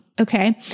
Okay